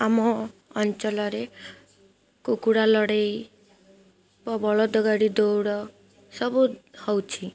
ଆମ ଅଞ୍ଚଳରେ କୁକୁଡ଼ା ଲଢ଼େଇ ବା ବଳଦ ଗାଡ଼ି ଦୌଡ଼ ସବୁ ହେଉଛି